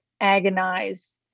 agonize